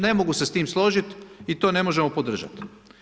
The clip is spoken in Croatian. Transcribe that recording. Ne mogu se s time složiti i to ne možemo podržati.